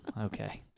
Okay